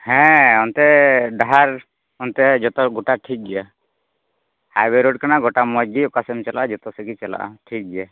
ᱦᱮᱸ ᱚᱱᱛᱮ ᱰᱟᱦᱟᱨ ᱚᱱᱛᱮ ᱡᱚᱛᱚ ᱜᱚᱴᱟ ᱴᱷᱤᱠ ᱜᱮᱭᱟ ᱦᱟᱭᱚᱭᱮ ᱨᱳᱰ ᱠᱟᱱᱟ ᱜᱚᱴᱟ ᱢᱚᱡᱽ ᱜᱮ ᱚᱠᱟ ᱥᱮᱱᱮᱢ ᱪᱟᱞᱟᱜᱼᱟ ᱡᱚᱛᱚ ᱥᱮᱡᱜᱮ ᱪᱟᱞᱟᱜᱼᱟ ᱴᱷᱤᱠ ᱜᱮᱭᱟ